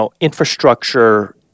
infrastructure